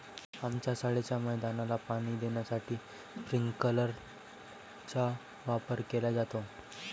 आमच्या शाळेच्या मैदानाला पाणी देण्यासाठी स्प्रिंकलर चा वापर केला जातो